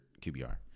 QBR